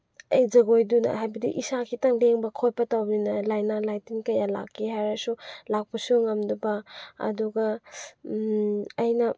ꯑꯩ ꯖꯒꯣꯏꯗꯨꯅ ꯍꯥꯏꯕꯗꯤ ꯏꯁꯥ ꯈꯛꯇꯪ ꯂꯦꯡꯕ ꯈꯣꯠꯄ ꯇꯧꯕꯅꯤꯅ ꯂꯥꯏꯅꯥ ꯂꯥꯏꯇꯤꯟ ꯀꯌꯥ ꯂꯥꯛꯀꯦ ꯍꯥꯏꯔꯁꯨ ꯂꯥꯛꯄꯁꯨ ꯉꯝꯗꯕ ꯑꯗꯨꯒ ꯑꯩꯅ